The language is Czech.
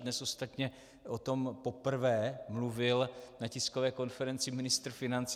Dnes ostatně o tom poprvé mluvil na tiskové konferenci ministr financí.